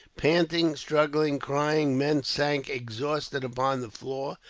panting, struggling, crying, men sank exhausted upon the floor,